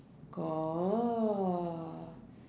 got